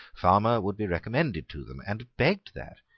farmer should be recommended to them, and begged that,